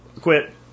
quit